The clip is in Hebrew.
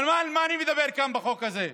ועל מה אני מדבר כאן, בחוק הזה?